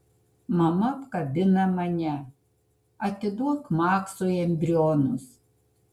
mama apkabina mane atiduok maksui embrionus